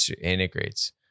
integrates